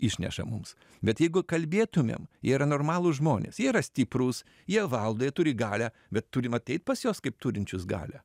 išneša mums bet jeigu kalbėtumėm yra normalūs žmonės jie yra stiprūs jie valdo jie turi galią bet turim ateit pas juos kaip turinčius galią